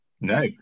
no